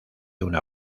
una